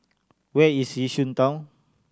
where is Yishun Town